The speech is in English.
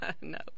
No